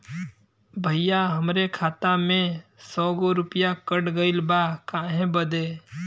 भईया हमरे खाता में से सौ गो रूपया कट गईल बा काहे बदे?